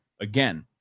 Again